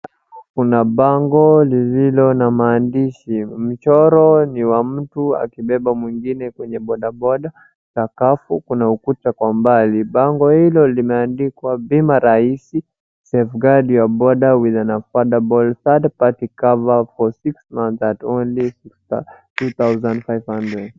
Kuna bango lililo na maandishi. Mchoro ni wa mtu akibeba mwingine kwenye bodaboda, sakafu, kuna ukuta kwa umbali. Bango hilo limeandikwa, bima rahisi, safeguard your boda with an affordable Third Party Cover for six months at only two thousand five hundred .